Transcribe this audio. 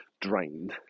drained